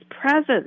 presence